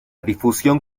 difusión